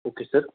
okay sir